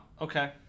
okay